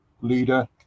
leader